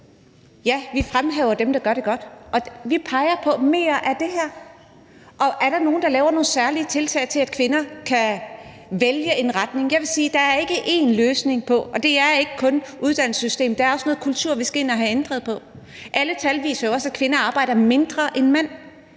vi fremhæver dem, der gør det godt, og vi peger på: Mere af det. Der kan være nogle, der laver nogle særlige tiltag, for at kvinder kan vælge en bestemt retning. Jeg vil sige, at der ikke kun er én løsning på det, og det gælder ikke kun uddannelsessystemet. Der er også noget kultur, vi skal ind at have ændret på. Alle tal viser jo også, at kvinder arbejder mindre end mænd.